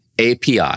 API